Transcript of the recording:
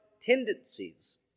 tendencies